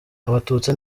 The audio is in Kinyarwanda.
abatutsi